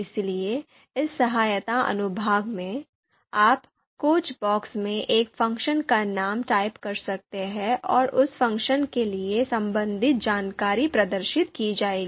इसलिए इस सहायता अनुभाग में आप खोज बॉक्स में एक फ़ंक्शन का नाम टाइप कर सकते हैं और उस फ़ंक्शन के लिए संबंधित जानकारी प्रदर्शित की जाएगी